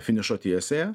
finišo tiesiąją